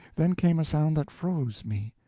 then came a sound that froze me.